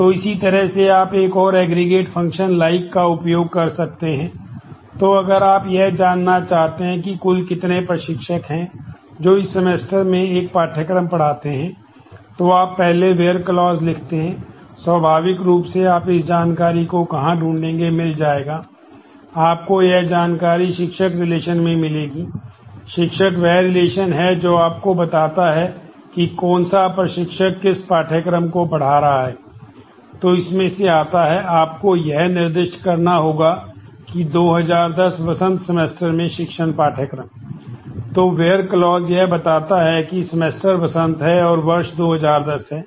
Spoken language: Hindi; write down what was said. तो इसी तरह से आप एक और एग्रीगेट फ़ंक्शन यह बताता है कि सेमेस्टर वसंत है और वर्ष 2010 है